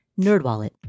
NerdWallet